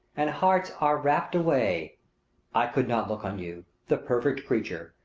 and hearts are rapt away i could not look on you, the perfect creature,